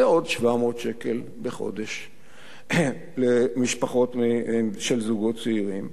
זה עוד 700 שקל בחודש למשפחות של זוגות צעירים.